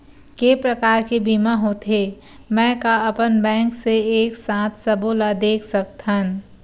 के प्रकार के बीमा होथे मै का अपन बैंक से एक साथ सबो ला देख सकथन?